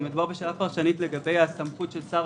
מדובר בשאלה פרשנית לגבי הסמכות של שר